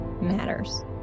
matters